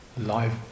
life